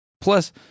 Plus